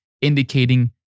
indicating